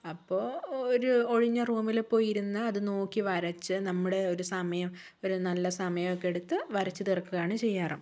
അപ്പോൾ ഒരു ഒഴിഞ്ഞ റൂമില് പോയിരുന്ന് അത് നോക്കി വരച്ച് നമ്മുടെ ഒരു സമയം ഒരു നല്ലസമയമൊക്കെ എടുത്ത് വരച്ച് തീർക്കുകയാണ് ചെയ്യാറ്